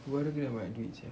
muka baru kena banyak duit sia